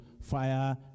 fire